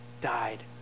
died